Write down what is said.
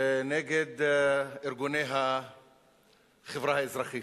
נגד ארגוני החברה האזרחית.